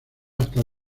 hasta